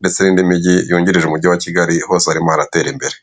ndetse n'indi mijyi yungirije umujyi wa kigali hose harimo harater' imbere.